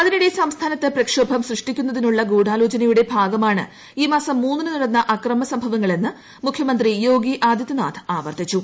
അതിനിടെ സംസ്ഥാനത്ത് പ്രക്ഷോഭം സൃഷ്ടിക്കുന്നതിനുളള ഗൂഢാലോചനയുടെ ഭാഗമാണ് ഈ മാസം ദന് നടന്ന അക്രമസംഭവങ്ങളെന്ന് മുഖ്യമന്ത്രി യോഗി ആദിത്യനാഥ് ആവർത്തിച്ചു